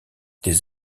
des